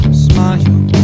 smile